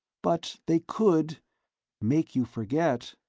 but they could make you forget